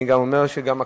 אני אומר שגם הכנסת,